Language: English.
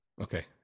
Okay